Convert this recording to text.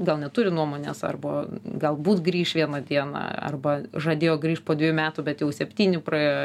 gal neturi nuomonės arba galbūt grįš vieną dieną arba žadėjo grįšt po dvejų metų bet jau septyni praėjo